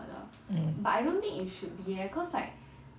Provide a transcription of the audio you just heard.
mm